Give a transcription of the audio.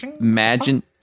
imagine